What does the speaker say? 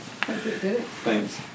Thanks